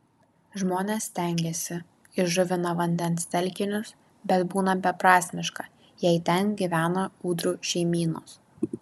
žmonės stengiasi įžuvina vandens telkinius bet būna beprasmiška jei ten gyvena ūdrų šeimynos